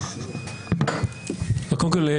קודם כול,